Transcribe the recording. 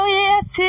yes